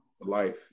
Life